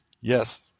Yes